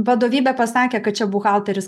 vadovybė pasakė kad čia buhalteris